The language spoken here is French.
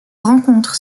rencontre